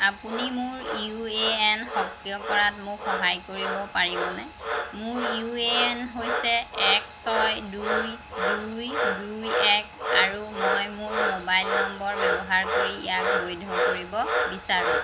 আপুনি মোৰ U A N সক্ৰিয় কৰাত মোক সহায় কৰিব পাৰিবনে মোৰ ইউ এ এন হৈছে এক ছয় দুই দুই দুই এক আৰু মই মোৰ মোবাইল নম্বৰ ব্যৱহাৰ কৰি ইয়াক বৈধ কৰিব বিচাৰোঁ